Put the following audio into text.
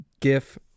gif